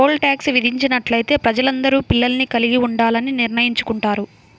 pole tax విధించినట్లయితే ప్రజలందరూ పిల్లల్ని కలిగి ఉండాలని నిర్ణయించుకుంటారు